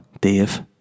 Dave